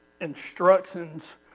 instructions